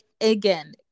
again